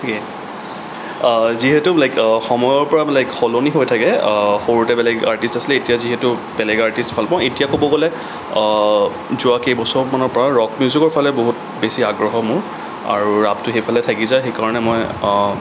যিহেতু লাইক সময়ৰ পৰা লাইক সলনি হৈ থাকে সৰুতে বেলেগ আৰ্টিষ্ট আছিলে এতিয়া যিহেতু বেলেগ আৰ্টিষ্ট ভাল পাওঁ এতিয়া ক'ব গ'লে যোৱা কেইবছৰমানৰ পৰা ৰক মিউজিকৰ ফালে বহুত বেছি আগ্ৰহ মোৰ আৰু ৰাপটো সেইফালে থাকি যায় সেইকাৰণে মই